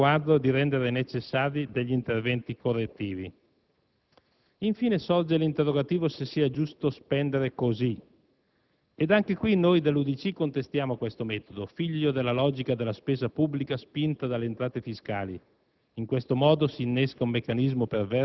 Il secondo interrogativo che l'UDC pone è se sia giusto spendere in questo momento. Anche in questo caso, la risposta è che adottare provvedimenti di spesa al di fuori del quadro complessivo delle entrate e delle uscite fornito dalla legge finanziaria è poco responsabile,